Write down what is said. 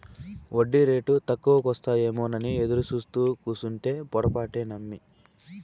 ఒడ్డీరేటు తక్కువకొస్తాయేమోనని ఎదురుసూత్తూ కూసుంటే పొరపాటే నమ్మి